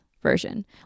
version